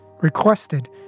requested